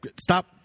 Stop